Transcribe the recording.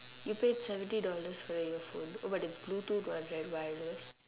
you paid seventy dollars for your earphone oh but it's Bluetooth right the wireless